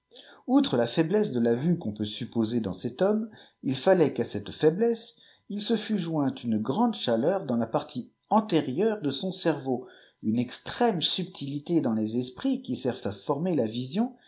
outre la faiblesse de la vue m'on peut supposer dans cet homme il fallait qu'à cette aiblesse il se fût joint une grande chaleur dans la partie antérieure de son cerveau une extrême subtilité dans les esprits qui servent à former la vision